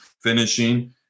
finishing